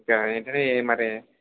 మరి